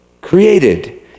created